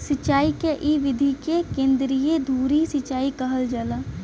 सिंचाई क इ विधि के केंद्रीय धूरी सिंचाई कहल जाला